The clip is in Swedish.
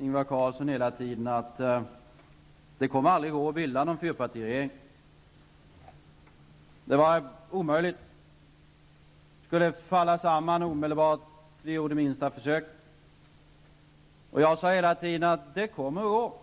Ingvar Carlsson hela tiden att det kommer aldrig att gå att bilda någon fyrpartiregering. Det var omöjligt. Den skulle falla samman omedelbart, bara vi gjorde minsta försök. Jag sade hela tiden att det kommer att gå.